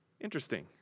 interesting